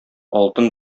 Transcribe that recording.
алтын